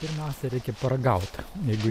pirmiausia reikia paragaut jeigu